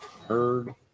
heard